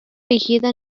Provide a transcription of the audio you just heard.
erigida